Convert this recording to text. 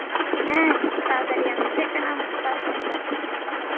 ᱦᱮᱸ ᱛᱟᱲᱟᱛᱟᱲᱤᱭᱟᱢ ᱪᱮᱫ ᱞᱮᱠᱟᱱᱟᱜ ᱮᱢ ᱦᱟᱛᱟᱣ ᱮᱢ ᱢᱮᱱᱫᱟ